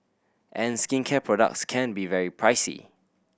and skincare products can be very pricey